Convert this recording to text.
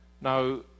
Now